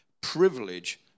privilege